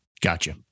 Gotcha